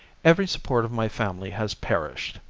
every support of my family has perished.